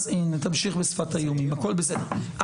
אז הנה תמשיך בשפת האיומים הכל בסדר,